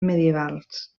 medievals